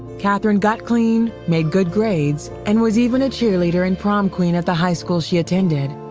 katherine got clean, made good grades and was even a cheerleader and prom queen at the high school she attended.